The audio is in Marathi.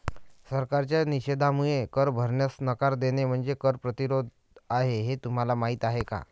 सरकारच्या निषेधामुळे कर भरण्यास नकार देणे म्हणजे कर प्रतिरोध आहे हे तुम्हाला माहीत आहे का